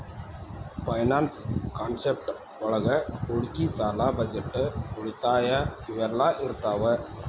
finance concept ಒಳಗ ಹೂಡಿಕಿ ಸಾಲ ಬಜೆಟ್ ಉಳಿತಾಯ ಇವೆಲ್ಲ ಇರ್ತಾವ